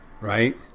Right